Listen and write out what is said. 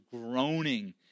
groaning